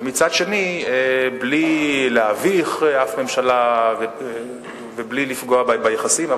ומצד שני בלי להביך אף ממשלה ובלי לפגוע ביחסים,